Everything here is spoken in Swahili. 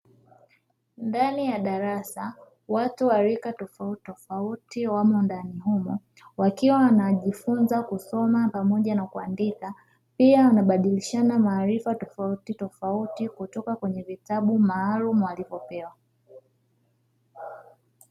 Ndani ya darasa, watu wa rika tofautitofauti wamo ndani humo, wakiwa wanajifunza kusoma pamoja na kuandika. Pia wanabadilishana maarifa tofautitofauti kutoka kwenye vitabu maalumu walivyopewa.